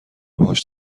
باهاش